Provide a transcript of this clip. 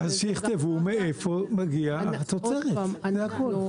אז שיכתבו מאיפה מגיעה התוצרת, זה הכול.